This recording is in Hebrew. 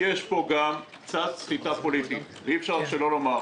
ולהביא באמת